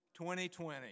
2020